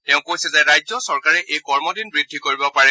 তেওঁ কৈছে যে ৰাজ্য চৰকাৰে এই কমদিন বৃদ্ধি কৰিব পাৰে